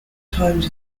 times